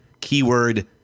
keyword